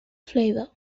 flavour